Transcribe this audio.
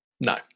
No